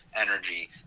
energy